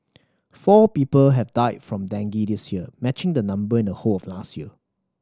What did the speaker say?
four people have died from dengue this year matching the number in the whole of last year